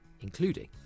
including